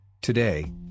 Today